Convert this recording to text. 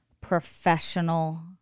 professional